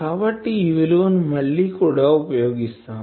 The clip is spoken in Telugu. కాబట్టి ఈ విలువ ని మళ్ళి కూడా ఉపయోగిస్తాను